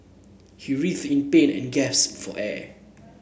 he writhed in pain and gasped for air